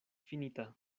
finita